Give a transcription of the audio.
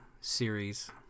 series